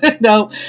no